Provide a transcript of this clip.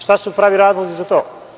Šta su pravi razlozi za to?